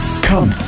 Come